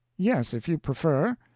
yes, if you prefer.